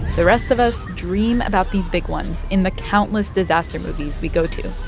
the rest of us dream about these big ones in the countless disaster movies we go to,